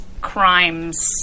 crimes